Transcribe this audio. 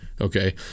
okay